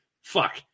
fuck